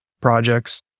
projects